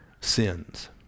sins